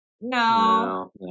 no